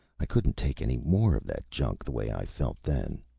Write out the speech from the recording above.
i couldn't take any more of that junk, the way i felt then.